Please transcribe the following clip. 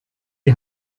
die